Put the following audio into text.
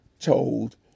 told